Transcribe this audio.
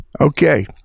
Okay